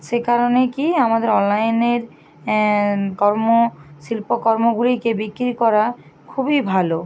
সে কারণে কি আমাদের অনলাইনের কর্ম শিল্পকর্মগুলিকে বিক্রি করা খুবই ভালো